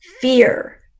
fear